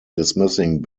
dismissing